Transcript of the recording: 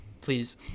Please